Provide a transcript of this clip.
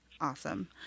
Awesome